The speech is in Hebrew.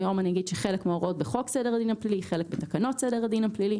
כיום חלק מההוראות בחוק סדר הדין הפלילי וחלק בתקנות סדר הדין הפלילי.